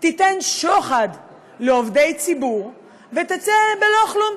תיתן שוחד לעובדי ציבור ותצא בלא כלום,